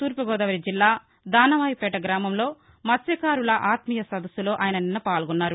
తూర్పు గోదావరి జిల్లా దానవాయిపేట గ్రామంలో మత్స్యకారుల ఆత్మీయ సదస్సులో ఆయన నిన్న పాల్గొన్నారు